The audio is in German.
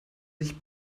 sich